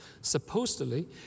supposedly